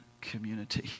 community